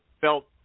felt